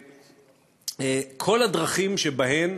בכל הדרכים שבהן